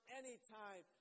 anytime